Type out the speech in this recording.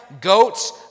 goats